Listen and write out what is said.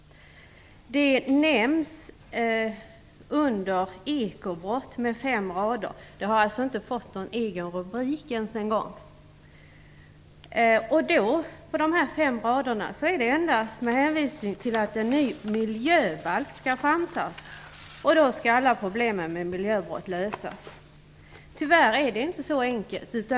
De nämns på fem rader under avsnittet om ekobrott. Miljöbrotten har inte ens fått någon egen rubrik. På dessa fem rader hänvisas endast till att en ny miljöbalk skall framtas, och då skall alla problem med miljöbrott lösas. Tyvärr är det inte så enkelt.